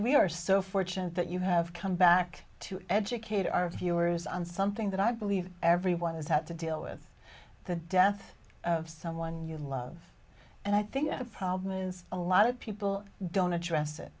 we are so fortunate that you have come back to educate our viewers on something that i believe everyone has had to deal with the death of someone you love and i think the problem is a lot of people don't address it